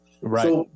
Right